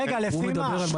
רגע, לפי מה?